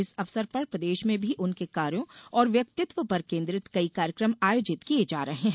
इस अवसर पर प्रदेश में भी उनके कार्यो और व्यक्तित्व पर केन्द्रित कई कार्यक्रम आयोजित किये जा रहे हैं